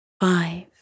Five